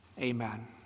Amen